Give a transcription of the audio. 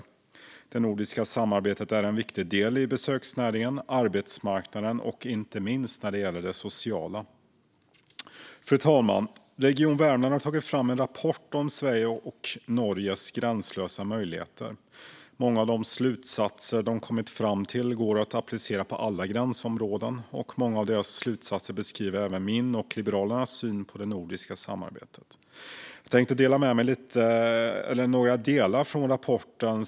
Det nordiska samarbetet är en viktig del för besöksnäringen, arbetsmarknaden och inte minst för det sociala. Fru talman! Region Värmland har tagit fram en rapport om Sveriges och Norges gränslösa möjligheter. Många av de slutsatser man kommit fram till går att applicera på alla gränsområden och beskriver även min och Liberalernas syn på det nordiska samarbetet. Jag tänkte dela med mig lite av rapporten.